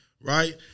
right